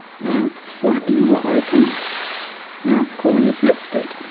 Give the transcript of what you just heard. mouth slightly more open mouth corners lifted.